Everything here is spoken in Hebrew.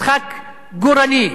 משחק גורלי,